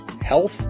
health